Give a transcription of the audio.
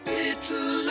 little